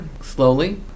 slowly